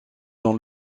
dans